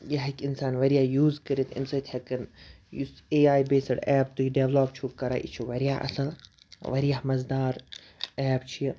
یہِ ہیٚکہِ اِنسان واریاہ یوٗز کٔرِتھ اَمہِ سۭتۍ ہیٚکَن یُس اے آے بیسٕڈ ایٚپ تُہۍ ڈیولَپ چھِ کران یہِ چھُ واریاہ اَصٕل واریاہ مزٕ دار ایٚپ چھِ یہِ